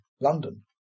london